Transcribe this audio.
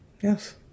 Yes